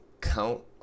count